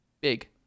big